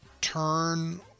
turn